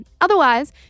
Otherwise